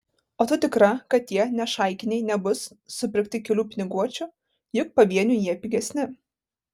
o tu tikra kad tie nešaikiniai nebus supirkti kelių piniguočių juk pavieniui jie pigesni